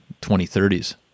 2030s